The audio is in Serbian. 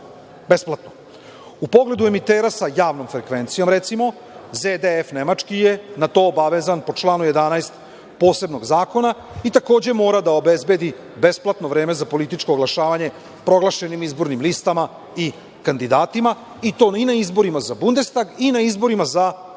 U pogledu emitera sa javnom frekvenciojom, recimo, ZDF nemački je na to obavezan po članu 11. posebnog zakona i takođe mora da obezbedi besplatno vreme za političko oglašavanje, proglašenim izbornim listama i kandidatima i to na izborima za Bundestag i na izborima za,